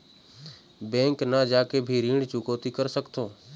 Bank न जाके भी ऋण चुकैती कर सकथों?